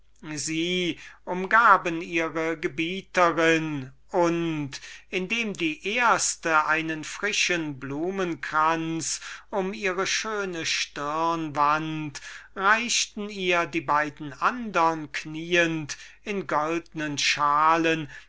sie umgaben ihre gebieterin und indem die erste einen frischen blumenkranz um ihre schöne stirne wand reichten ihr die beiden andern kniend in goldnen schalen